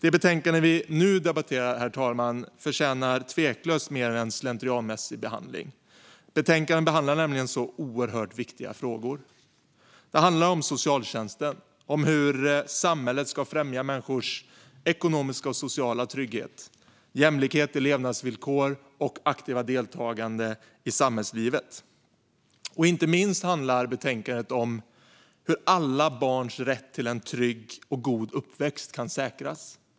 Det betänkande som vi nu debatterar förtjänar tveklöst mer än en slentrianmässig behandling. Betänkandet behandlar nämligen så oerhört viktiga frågor. Det handlar om socialtjänsten, om hur samhället ska främja människors ekonomiska och sociala trygghet, människors jämlikhet i levnadsvillkor och människors aktiva deltagande i samhällslivet. Inte minst handlar betänkandet om hur alla barns rätt till en trygg och god uppväxt kan säkras.